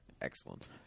Excellent